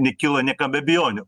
nekyla niekam abejonių